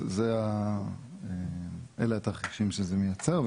אז אלה התרחישים שזה מייצר,